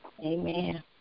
Amen